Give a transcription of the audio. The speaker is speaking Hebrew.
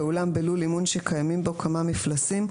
ואולם בלול אימון שקיימים בו כמה מפלסים,